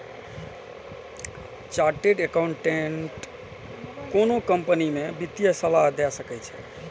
chartered accountant कोनो company कें वित्तीय सलाह दए सकै छै